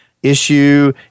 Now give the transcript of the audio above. issue